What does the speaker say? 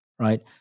right